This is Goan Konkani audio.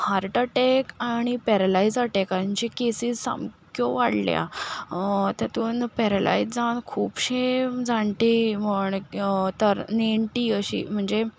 हार्ट अटॅक आनी पेरलायज अटॅकांची केसीस सामक्यो वाडल्या तेतूंत पेरलायज जावन खुबशीं जाण्टीं म्हण नेण्टी अशीं म्हणचे